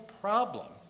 problem